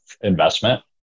investment